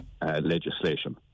legislation